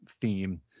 theme